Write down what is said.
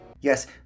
Yes